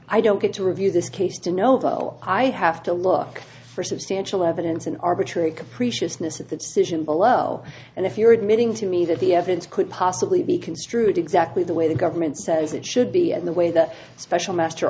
i don't get to review this case to know though i have to look for substantial evidence in arbitrary capricious miss of the decision below and if you're admitting to me that the evidence could possibly be construed exactly the way the government says it should be and the way the special master